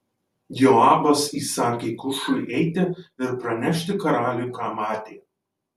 joabas įsakė kušui eiti ir pranešti karaliui ką matė